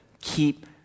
keep